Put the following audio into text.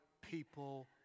people